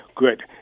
Good